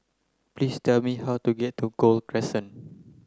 please tell me how to get to Gul Crescent